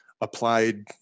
applied